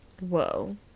Whoa